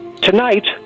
Tonight